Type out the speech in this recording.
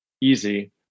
easy